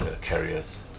carriers